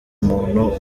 muntu